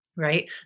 right